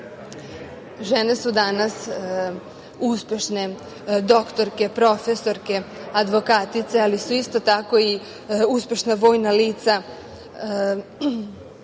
Žene su danas uspešne, doktorke, profesorke, advokatice ali su isto tako i uspešna vojna lica,